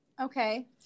Okay